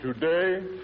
Today